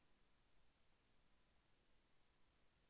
పెట్టుబడి ఎలా పెట్టాలి?